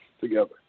together